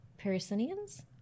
Parisinians